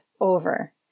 over